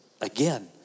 Again